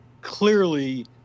clearly